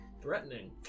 Threatening